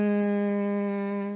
hmm